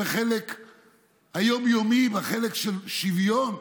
בחלק היום-יומי, בחלק של שוויון.